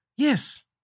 Yes